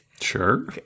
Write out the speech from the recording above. Sure